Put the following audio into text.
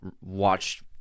watched